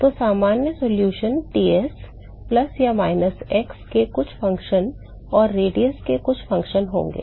तो सामान्य solution Ts plus या माइनस x के कुछ फ़ंक्शन और त्रिज्या के कुछ फ़ंक्शन होंगे